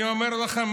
אני אומר לכם,